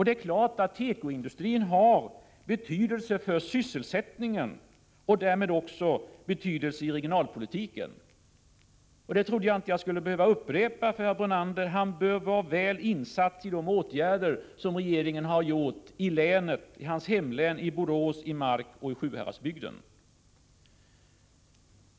Det är klart att tekoindustrin har betydelse för sysselsättningen och därmed också för regionalpolitiken. Jag trodde inte att jag skulle behöva upprepa detta för herr Brunander, eftersom han bör vara väl insatt beträffande de åtgärder som regeringen har vidtagit i hans hemlän — i Borås, Mark och Sjuhäradsbygden.